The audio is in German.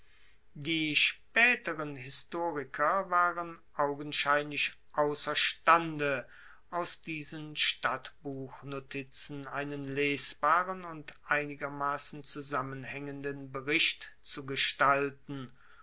die spaeteren historiker waren augenscheinlich ausserstande aus diesen stadtbuchnotizen einen lesbaren und einigermassen zusammenhaengenden bericht zu gestalten